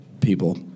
people